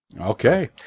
Okay